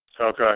Okay